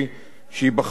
שיבחנו על-ידו.